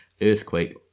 earthquake